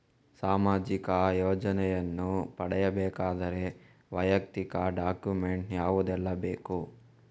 ಸಾಮಾಜಿಕ ಯೋಜನೆಯನ್ನು ಪಡೆಯಬೇಕಾದರೆ ವೈಯಕ್ತಿಕ ಡಾಕ್ಯುಮೆಂಟ್ ಯಾವುದೆಲ್ಲ ಬೇಕು?